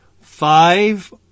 Five